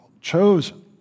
chosen